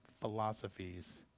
philosophies